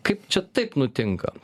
kaip čia taip nutinka